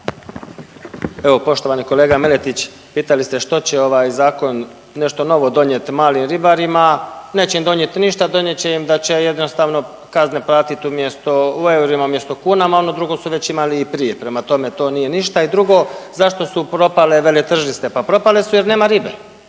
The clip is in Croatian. Evo poštovani kolega Miletić. Pitali ste što će ovaj Zakon nešto novo donijeti malim ribarima. Neće im donijeti ništa, donijet će im da će jednostavno kazne platit, umjesto u eurima umjesto kunama, ono drugo su već imali i prije. Prema tome, to nije ništa i drugo, zašto su propale veletržnice. Pa propale su jer nema ribe.